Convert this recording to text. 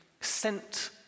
sent